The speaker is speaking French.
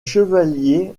chevaliers